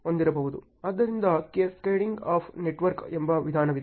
ಆದ್ದರಿಂದ cascading of network ಎಂಬ ವಿಧಾನವಿದೆ